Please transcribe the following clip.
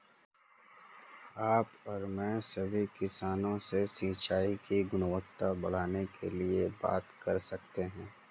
आप और मैं सभी किसानों से सिंचाई की गुणवत्ता बढ़ाने के लिए बात कर सकते हैं